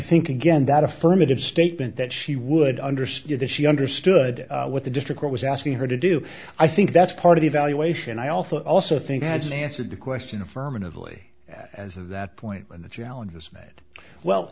think again that affirmative statement that she would understood that she understood what the district was asking her to do i think that's part of the evaluation i also also think had been answered the question affirmatively as of that point when the challenge was well